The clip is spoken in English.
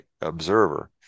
observer